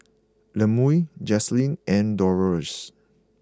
Lemuel Jaslene and Doloris